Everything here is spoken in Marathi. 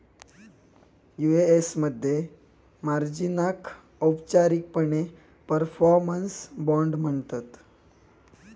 यु.ए.एस मध्ये मार्जिनाक औपचारिकपणे परफॉर्मन्स बाँड म्हणतत